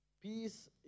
peace